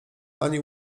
ani